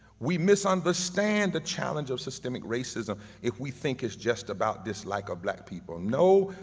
we misunderstand the challenge of systemic racism if we think is just about dislike of black people. no,